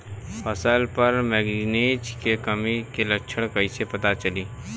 फसल पर मैगनीज के कमी के लक्षण कइसे पता चली?